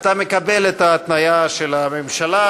אתה מקבל את ההתניה של הממשלה,